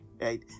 right